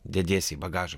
dediesi į bagažą